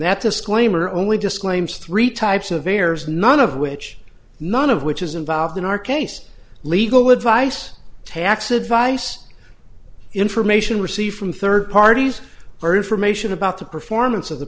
that disclaimer only just claims three types of errors none of which none of which is involved in our case legal advice tax advice information received from third parties or information about the performance of the